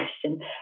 question